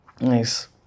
Nice